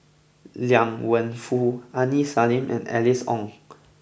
Liang Wenfu Aini Salim and Alice Ong